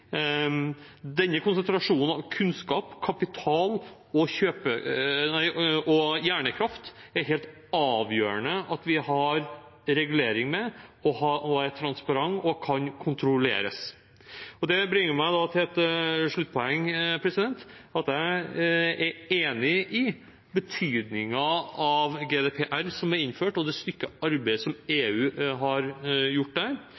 Denne konsentrasjonen av kunnskap, kapital og hjernekraft er det helt avgjørende at vi har regulering av, at de er transparente og kan kontrolleres. Det bringer meg til et sluttpoeng. Jeg er enig i betydningen av GDPR, som er innført, og det stykke arbeid som EU har gjort der.